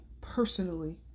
personally